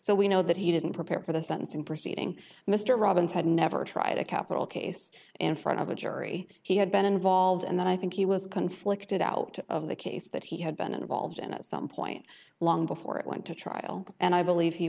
so we know that he didn't prepare for the sentencing proceeding mr robbins had never tried a capital case in front of a jury he had been involved and that i think he was conflicted out of the case that he had been involved in at some point long before it went to trial and i believe he